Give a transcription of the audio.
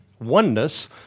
Oneness